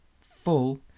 full